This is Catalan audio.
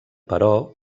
però